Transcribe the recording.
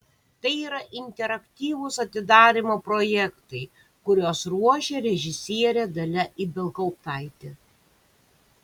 tai yra interaktyvūs atidarymo projektai kuriuos ruošia režisierė dalia ibelhauptaitė